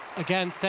again,